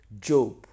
Job